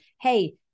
Hey